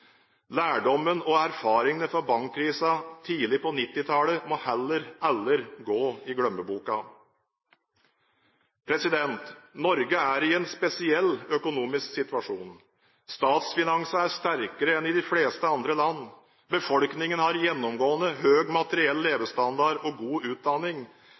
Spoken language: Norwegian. Lærdommen og erfaringene fra bankkrisen tidlig på 1990-tallet må heller aldri gå i glemmeboka. Norge er i en spesiell økonomisk situasjon. Statsfinansene er sterkere enn i de fleste andre land. Befolkningen har gjennomgående høy materiell levestandard og god utdanning.